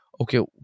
Okay